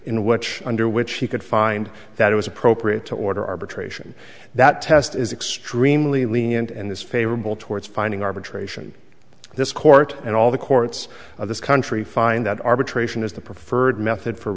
in which under which he could find that it was appropriate to order arbitration that test is extremely lenient and this favorable towards finding arbitration this court and all the courts of this country find that arbitration is the preferred method for